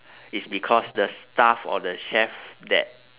it's because the staff or the chef that